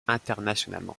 internationalement